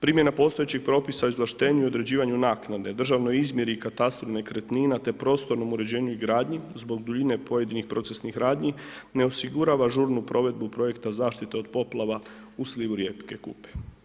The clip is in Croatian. Primjena postojećih propisa o izvlaštenju i određivanju naknade državnoj izmjeri i katastru nekretnina te prostornom uređenju i gradnji zbog duljine pojedinih procesnih radnji ne osigurava žurnu provedbu projekta zaštite od poplava u slivu rijeke Kupe.